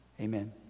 Amen